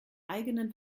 eigenen